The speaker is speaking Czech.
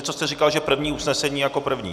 Něco jste říkal, že první usnesení jako první.